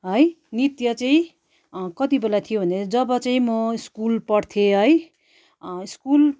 है नृत्य चाहिँ कति बेला थियो भने जब चाहिँ म स्कुल पढ्थेँ है स्कुल